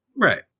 Right